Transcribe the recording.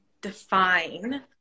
define